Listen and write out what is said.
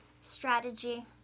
Strategy